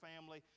family